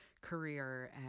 career